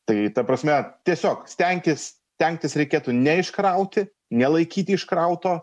tai ta prasme tiesiog stenkis stengtis reikėtų ne iškrauti nelaikyti iškrauto